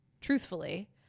truthfully